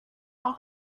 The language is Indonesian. yang